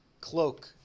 cloak